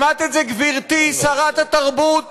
שמעת את זה, גברתי שרת התרבות,